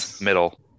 middle